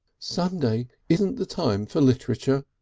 sunday isn't the time for literature.